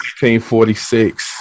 1946